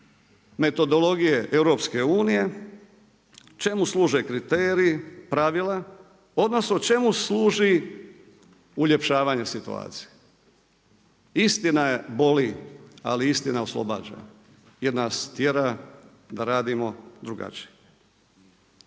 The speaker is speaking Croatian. metodologije EU, čemu služe kriteriji, pravila odnosno čemu služi uljepšavanje situacije? Istina boli ali istina oslobađa jer nas tjera da radimo drugačije.